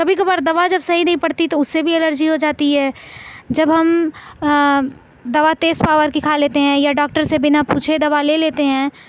کبھی کبھار دوا جب صحیح نہیں پڑتی تو اس سے بھی الرجی ہو جاتی ہے جب ہم دوا تیز پاور کی کھا لیتے یا ڈاکٹر سے بنا پوچھے دوا لے لیتے ہیں